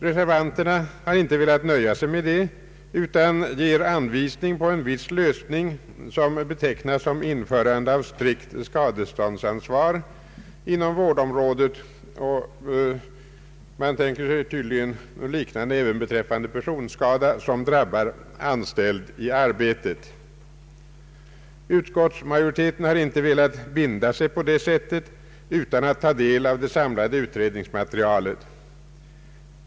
Reservanterna har inte velat nöja sig med det utan ger anvisning på en viss lösning, som betecknas som införande av strikt skadeståndsansvar inom vårdområdet. Man tänker sig tydligen något liknande även beträffande personskada som drabbar anställd i arbetet. Utskottsmajoriteten har inte velat binda sig på det sättet utan att ha tagit del av det samlade utredningsmaterialet.